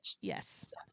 yes